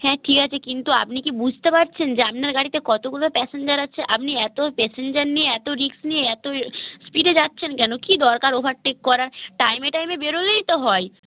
হ্যাঁ ঠিক আছে কিন্তু আপনি কি বুঝতে পারছেন যে আপনার গাড়িতে কতগুলো প্যাসেঞ্জার আছে আপনি এত প্যাসেঞ্জার নিয়ে এত রিস্ক নিয়ে এত স্পিডে যাচ্ছেন কেন কী দরকার ওভারটেক করার টাইমে টাইমে বেরোলেই তো হয়